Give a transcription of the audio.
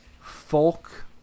folk